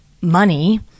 money